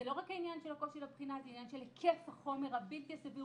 זה לא רק העניין של הקושי לבחינה זה עניין של היקף החומר הבלתי סביר.